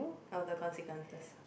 all the consequences